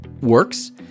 works